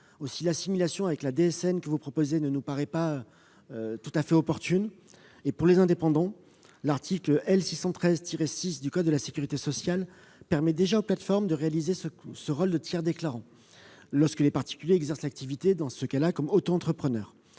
Aussi, l'assimilation à la DSN que vous proposez ne nous paraît pas tout à fait opportune. Pour les indépendants, l'article L. 613-6 du code de la sécurité sociale permet déjà aux plateformes de jouer le rôle de tiers déclarant lorsque les particuliers exercent l'activité en tant qu'auto-entrepreneurs.